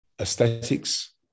aesthetics